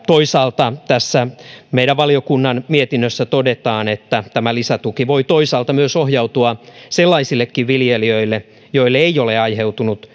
toisaalta tässä meidän valiokunnan mietinnössä todetaan että tämä lisätuki voi ohjautua sellaisillekin viljelijöille joille ei ole aiheutunut